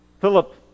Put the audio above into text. Philip